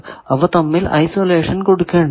അവ തമ്മിൽ ഐസൊലേഷൻ കൊടുക്കേണ്ടതാണ്